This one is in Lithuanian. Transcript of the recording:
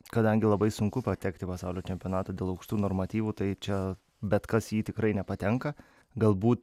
kadangi labai sunku patekt į pasaulio čempionatą dėl aukštų normatyvų tai čia bet kas į jį tikrai nepatenka galbūt